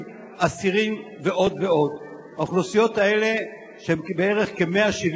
אדוני היושב-ראש,